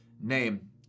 name